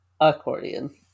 accordion